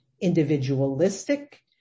individualistic